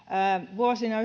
vuosina